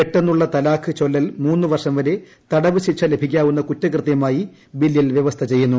പെട്ടെന്നുള്ള തലാഖ് ചൊല്ലൽ മൂന്ന് വർഷം വരെ തടവ്ശിക്ഷ ലഭിക്കാവുന്ന കുറ്റകൃത്യമായി് ബില്ലിൽ വൃവസ്ഥ ചെയ്യുന്നു